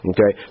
Okay